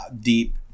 deep